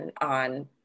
on